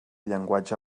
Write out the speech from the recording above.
llenguatge